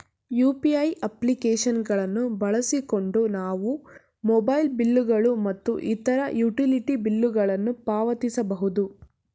UPI application ಗಳನ್ನು ಬಳಸಿಕೊಂಡು ನಾವು ಮೊಬೈಲ್ ಬಿಲ್ ಗಳು ಮತ್ತು ಇತರ ಯುಟಿಲಿಟಿ ಬಿಲ್ ಗಳನ್ನು ಪಾವತಿಸಬಹುದು